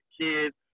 kids